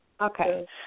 Okay